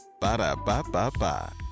ba-da-ba-ba-ba